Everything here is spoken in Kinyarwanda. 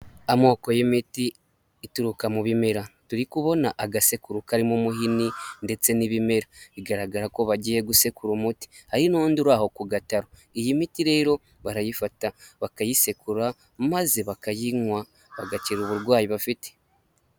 Amoko y'imiti ituruka mu bimera, turi kubona agasekuru karimo umuhini ndetse n'ibimera, bigaragara ko bagiye gusekura umuti, hari n'undi uri aho ku gataro, iyi miti rero barayifata bakayisekura maze bakayinywa bagakira uburwayi bafite.